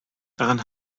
darin